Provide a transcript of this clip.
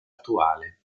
attuale